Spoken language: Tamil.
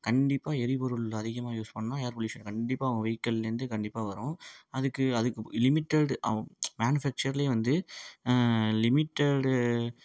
கண்டிப்பாக எரிபொருள் அதிகமாக யூஸ் பண்ணிணா ஏர் பொல்யூஷனை கண்டிப்பா அவங்க வெயிக்கள்லேருந்து கண்டிப்பாக வரும் அதுக்கு அதுக்கு இப்போ லிமிடெட்டு அவ் மேனுஃபேக்சரில் வந்து லிமிடெட்டு